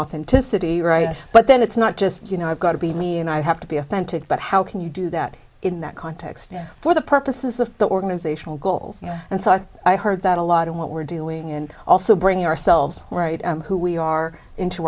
into city right but then it's not just you know i've got to be me and i have to be authentic but how can you do that in that context for the purposes of the organizational goals and so i thought i heard that a lot of what we're doing and also bringing ourselves right who we are into